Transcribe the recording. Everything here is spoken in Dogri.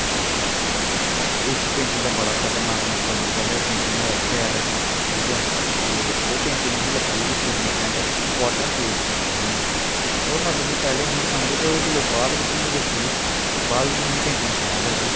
ते इस पेंटिंग दा बड़ा खतरनाक मतलब निकलदा ऐ पेंटिंग ऐ बी शैल ऐ ठीक ऐ ते ओह् पेंटिंग मिगी लग्गी ही कोई सिग्नीफिकेंट इ्म्पोर्टेंट पेंटिंग ही ओह् ओहदा मतलब मिगी पैह्लें नेईं हा समझ च आया जेल्लै बाद बिच में दिक्खी ते बाद बिच मिगी पेंटिंग शैल लग्गी